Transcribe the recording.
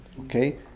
okay